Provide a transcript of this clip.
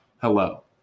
Hello